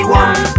one